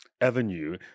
avenue